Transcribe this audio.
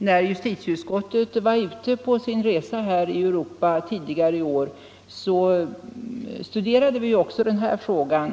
När justitieutskottet var ute på sin resa i Europa tidigare i år studerade vi också den här frågan.